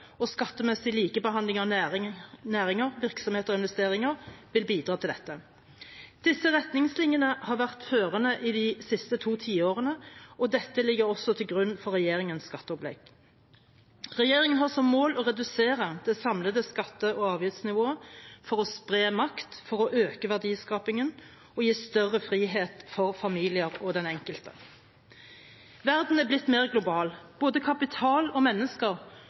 og skattemessig likebehandling av næringer, virksomheter og investeringer vil bidra til dette. Disse retningslinjene har vært førende i de siste to tiårene, og dette ligger også til grunn for regjeringens skatteopplegg. Regjeringen har som mål å redusere det samlede skatte- og avgiftsnivået for å spre makt, øke verdiskapingen og gi større frihet for familier og den enkelte. Verden er blitt mer global. Både kapital og mennesker